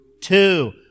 Two